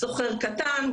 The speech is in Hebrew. סוחר קטן,